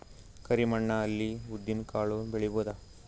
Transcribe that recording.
ಕರಿ ಮಣ್ಣ ಅಲ್ಲಿ ಉದ್ದಿನ್ ಕಾಳು ಬೆಳಿಬೋದ?